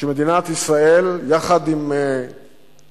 שמדינת ישראל, יחד עם צבאה